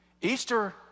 Easter